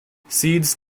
seeds